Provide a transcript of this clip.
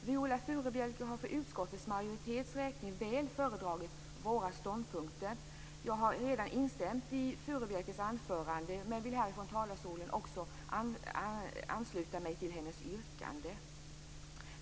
Herr talman! Viola Furubjelke har för utskottsmajoritetens räkning väl föredragit våra ståndpunkter. Jag har redan instämt i Furubjelkes anförande men vill från talarstolen också säga att jag ansluter mig till hennes yrkande.